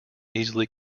easily